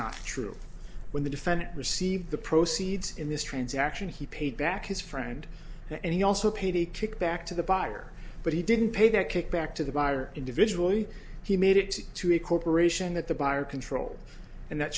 not true when the defendant received the proceeds in this transaction he paid back his friend and he also paid a kickback to the buyer but he didn't pay that kick back to the buyer individually he made it to a corporation that the buyer controlled and that